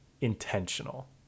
intentional